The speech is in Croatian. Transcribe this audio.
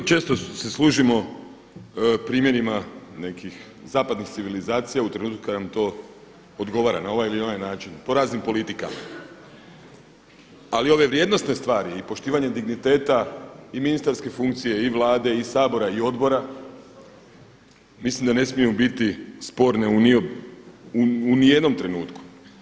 Mi vrlo često se služimo primjerima nekih zapadnih civilizacija u trenutku kada nam to odgovara na ovaj ili onaj način po raznim politikama, ali ove vrijednosne stvari i poštivanje digniteta i ministarske funkcije i vlade i Sabora i odbora, mislim da ne smiju biti u nijednom trenutku.